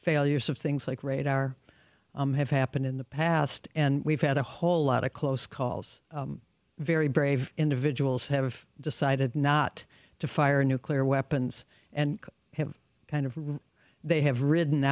failures of things like radar have happened in the past and we've had a whole lot of close calls very brave individuals have decided not to fire nuclear weapons and have kind of or they have ridden